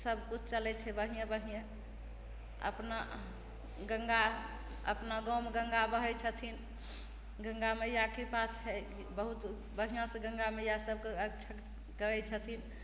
सबकिछु चलय छै बढ़ियेे बढ़ियें अपना गंगा अपना गाँवमे गंगा बहय छथिन गंगा मैया कृपा छै जे बहुत बढ़िआँसँ गंगा मैया सबके आरक्षण करय छथिन